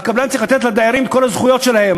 והקבלן צריך לתת לדיירים את כל הזכויות שלהם.